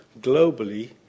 globally